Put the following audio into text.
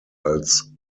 als